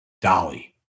Dolly